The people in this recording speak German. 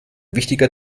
wichtiger